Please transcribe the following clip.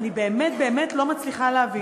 אני באמת באמת לא מצליחה להבין.